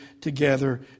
together